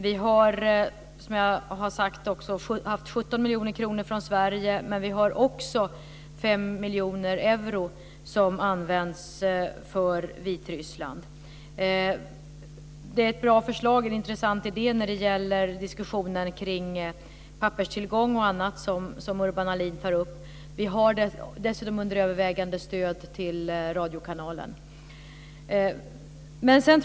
Vi har, som jag också har sagt, haft 17 miljoner kronor från Sverige, men vi har också 5 miljoner euro som används för Vitryssland. Det är ett bra förslag och en intressant idé när det gäller diskussionen kring papperstillgång och annat som Urban Ahlin tar upp. Vi har dessutom stöd till radiokanalen under övervägande.